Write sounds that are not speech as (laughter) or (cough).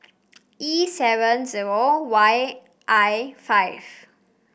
(noise) E seven zero Y I five